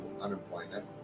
unemployment